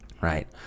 right